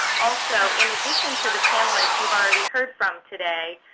also, in addition to the panelists you've already heard from today,